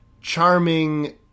charming